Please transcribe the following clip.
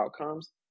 outcomes